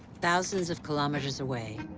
thousands of kilometers away,